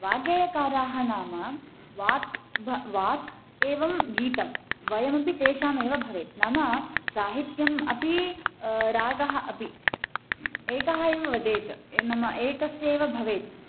वाग्गेयकाराः नाम वाक् भ वाक् एवं गीतं द्वयमपि तेषामेव भवेत् नाम साहित्यम् अपि रागः अपि एकः एव वदेत् ए नाम एकस्यैव भवेत्